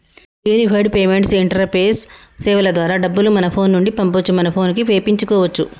unified payments interface సేవల ద్వారా డబ్బులు మన ఫోను నుండి పంపొచ్చు మన పోనుకి వేపించుకోచ్చు